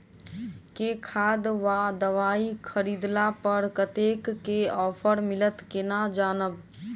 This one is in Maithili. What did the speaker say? केँ खाद वा दवाई खरीदला पर कतेक केँ ऑफर मिलत केना जानब?